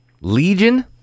Legion